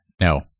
No